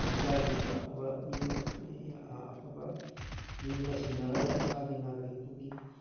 ꯂꯩꯀꯥꯏꯒꯤ ꯑꯐꯕ ꯃꯤꯑꯣꯏ ꯑꯐꯕ ꯃꯤꯗ ꯁꯤꯟꯅꯔꯒ ꯏꯁꯥꯒꯤ ꯅꯥꯒꯔꯤꯛꯇꯨꯒꯤ